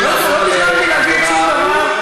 לא התכוונתי להגיד שום דבר,